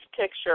picture